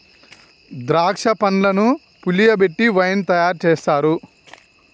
ద్రాక్ష పండ్లను పులియబెట్టి వైన్ తయారు చేస్తారు